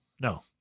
No